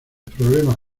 problemas